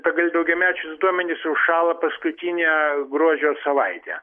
pagal daugiamečius duomenis užšąla paskutinę gruodžio savaitę